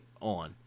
on